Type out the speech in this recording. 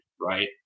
right